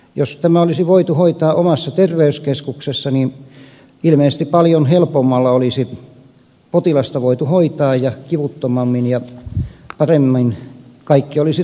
jos tämä olisi voitu hoitaa omassa terveyskeskuksessa ilmeisesti paljon helpommalla olisi potilasta voitu hoitaa ja kivuttomammin ja paremmin kaikki olisi tapahtunut